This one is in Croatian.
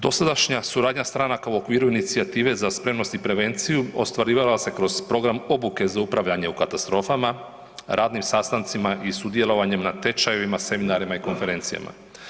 Dosadašnja suradnja stranaka u okviru inicijative za spremnost i prevenciju ostvarivala se kroz program obuke za upravljanje u katastrofama, radnim sastancima i sudjelovanjem na tečajevima, seminarima i konferencijama.